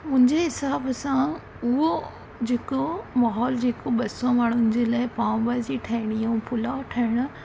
मुंहिंजे हिसाब सां उहो जेको मोहोलु जेको ॿ सौ माण्हुनि जे लाइ पाव भाजी ठाहिणो पुलाउ ठाहिणा